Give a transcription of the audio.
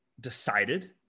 decided